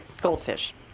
goldfish